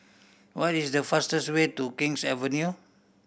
what is the fastest way to King's Avenue